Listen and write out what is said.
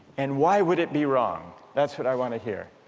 and why would it be wrong that's what i want to hear.